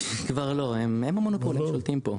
כבר לא, הם המונופול, הם שולטים פה.